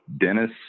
Dennis